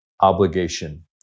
obligation